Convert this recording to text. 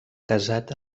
casat